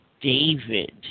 David